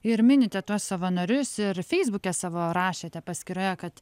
ir minite tuos savanorius ir feisbuke savo rašėte paskyroje kad